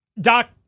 Doc